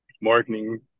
marketing